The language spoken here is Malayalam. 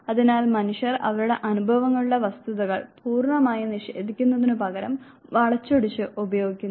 അതിനാൽ മനുഷ്യർ അവരുടെ അനുഭവങ്ങളുടെ വസ്തുതകൾ പൂർണ്ണമായി നിഷേധിക്കുന്നതിനുപകരം വളച്ചൊടിച്ച് ഉപയോഗിക്കുന്നു